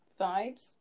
Vibes